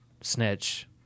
snitch